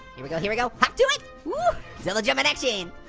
here we go, here we go, hop to it! double jump in action!